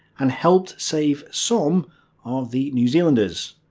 and helped save some of the new zealanders.